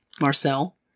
Marcel